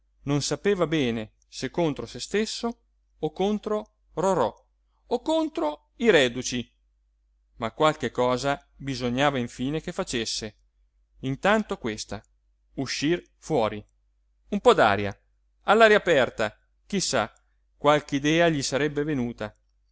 non sapeva bene se contro se stesso o contro rorò o contro i reduci ma qualche cosa bisognava infine che facesse intanto questa uscir fuori un po d'aria all'aria aperta chi sa qualche idea gli sarebbe venuta